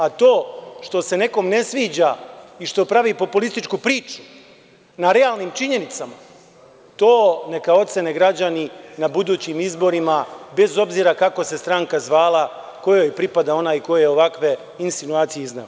A to što se nekom ne sviđa i što pravi populističku priču na realnim činjenicama, to neka ocene građani na budućim izborima, bez obzira kako se stranka zvala, kojoj pripada onaj ko je ovakve insinuacije izneo.